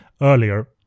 earlier